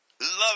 Love